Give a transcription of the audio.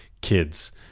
Kids